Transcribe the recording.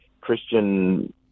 Christian